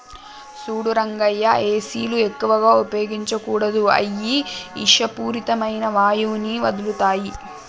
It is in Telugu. సూడు రంగయ్య ఏసీలు ఎక్కువగా ఉపయోగించకూడదు అయ్యి ఇషపూరితమైన వాయువుని వదులుతాయి